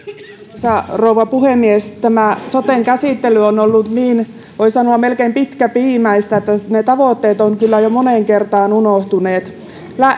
arvoisa rouva puhemies tämä soten käsittely on ollut niin voi sanoa melkein pitkäpiimäistä että ne tavoitteet ovat kyllä jo moneen kertaan unohtuneet